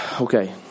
okay